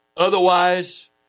Otherwise